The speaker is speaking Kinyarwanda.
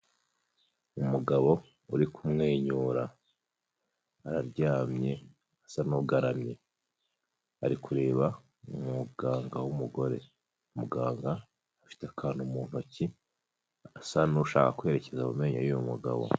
Umugabo uri kumwenyura araryamye asa n'ugaramye, ari kureba umuganga w'umugore, muganga afite akantu mu ntoki asa n'ushaka kwerekeza mu menyo y'uwo mugabo.